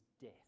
death